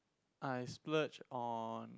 I splurge on